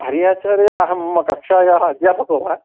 हरि आचार्य अहम् कक्ष्यायाः अध्यापको वा